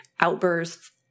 outbursts